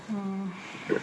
mm